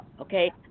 okay